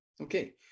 okay